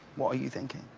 what are you thinking